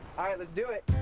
ah let's do it.